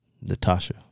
Natasha